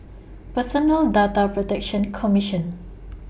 Personal Data Protection Commission